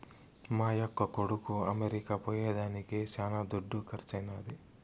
మా యక్క కొడుకు అమెరికా పోయేదానికి శానా దుడ్డు కర్సైనాది